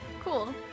Cool